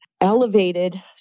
elevated